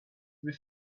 they